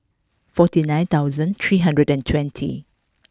forty nine thousand three hundred and twenty